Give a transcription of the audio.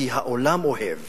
כי העולם אוהב